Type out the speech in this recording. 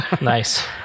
nice